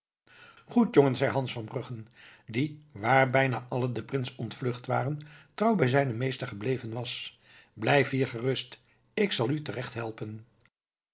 goed jongen zei hans van bruggen die waar bijna allen den prins ontvlucht waren trouw bij zijnen meester gebleven was blijf hier gerust ik zal u terecht helpen